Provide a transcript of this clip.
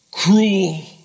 cruel